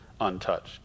untouched